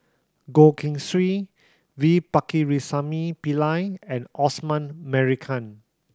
Goh Keng Swee V Pakirisamy Pillai and Osman Merican